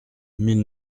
mille